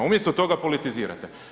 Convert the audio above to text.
Umjesto toga, politizirate.